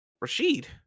Rashid